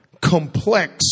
complex